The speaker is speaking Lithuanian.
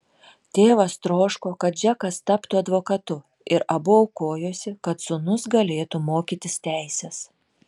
tėvas troško kad džekas taptų advokatu ir abu aukojosi kad sūnus galėtų mokytis teisės